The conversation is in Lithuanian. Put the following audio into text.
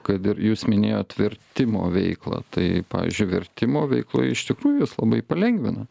kad ir jūs minėjot vertimo veiklą tai pavyzdžiui vertimo veikla iš tikrųjų jis labai palengvina